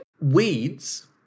weeds